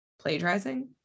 plagiarizing